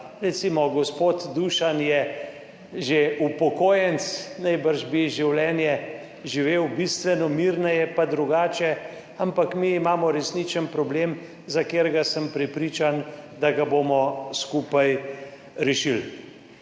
recimo gospod Dušan je že upokojenec, najbrž bi življenje živel bistveno mirneje in drugače, ampak mi imamo resničen problem, za katerega sem prepričan, da ga bomo skupaj rešili.